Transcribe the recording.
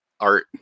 art